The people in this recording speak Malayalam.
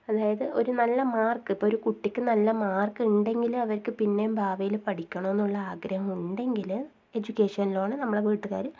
അതായത് ഒരു നല്ല മാർക്ക് ഇപ്പോൾ ഒരു കുട്ടിക്ക് നല്ല മാർക്ക് ഉണ്ടെങ്കിൽ അവർക്ക് പിന്നെയും ഭാവിയിൽ പഠിക്കണം എന്നുള്ള ആഗ്രഹം ഉണ്ടെങ്കിൽ എഡ്യൂക്കേഷൻ ലോണ് നമ്മളെ വീട്ടുകാർ